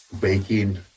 baking